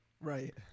Right